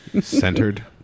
Centered